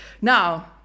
now